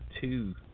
two